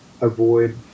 avoid